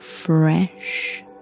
Fresh